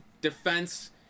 defense